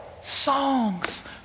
songs